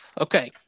Okay